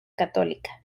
católica